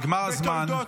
נגמר הזמן.